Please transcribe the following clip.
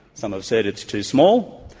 some have said it's too small.